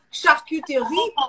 charcuterie